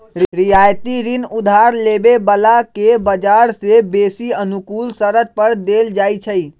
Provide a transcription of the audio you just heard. रियायती ऋण उधार लेबे बला के बजार से बेशी अनुकूल शरत पर देल जाइ छइ